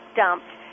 dumped